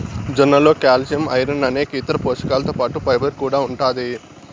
జొన్నలలో calcium, iron అనేక ఇతర పోషకాలతో పాటు ఫైబర్ కూడా ఉంటాది